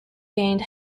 gained